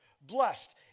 Blessed